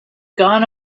gone